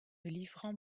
livrant